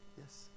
Yes